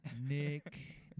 Nick